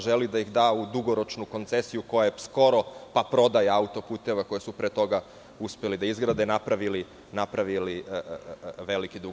Želi da ih da u dugoročnu koncesiju koja je skoro pa prodaja autoputeva, koja su pre toga uspeli da izgrade, napravili veliki dug.